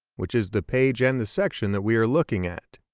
which is the page and the section that we were looking at.